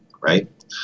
right